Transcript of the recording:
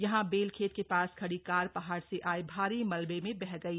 यहां बेल खेत के पास खड़ी कार पहाड़ से आये भारी मलबे में बह गई